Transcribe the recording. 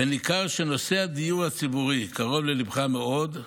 וניכר שנושא הדיור הציבורי קרוב לליבך מאוד,